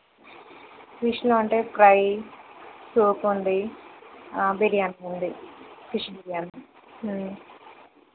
ఫిష్లో అంటే fry soup ఉంది బిర్యానీ ఉంది ఫిప్ బిర్యానీ